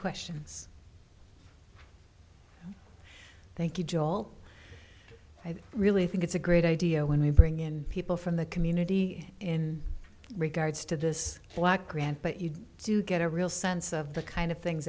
questions thank you jill i don't really think it's a great idea when you bring in people from the community in regards to this black grant but you do get a real sense of the kind of things